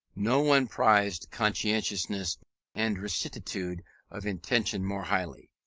no one prized conscientiousness and rectitude of intention more highly,